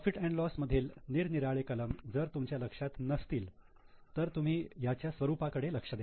profit and loss profit loss मधील निरनिराळे कलम जर तुमच्या लक्षात नसतील तर तुम्ही याच्या स्वरूपाकडे लक्ष द्या